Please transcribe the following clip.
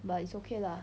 but it's okay lah